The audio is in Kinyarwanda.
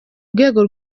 rwego